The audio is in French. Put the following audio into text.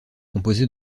composée